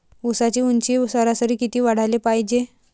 ऊसाची ऊंची सरासरी किती वाढाले पायजे?